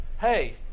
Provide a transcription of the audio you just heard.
hey